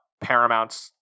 Paramount's